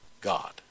God